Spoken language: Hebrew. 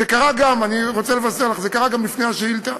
אני רוצה לבשר לךְ זה קרה גם לפני השאילתה.